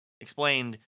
explained